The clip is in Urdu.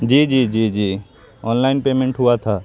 جی جی جی جی آن لائن پیمنٹ ہوا تھا